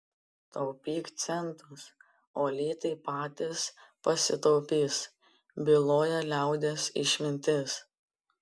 taupyk centus o litai patys pasitaupys byloja liaudies išmintis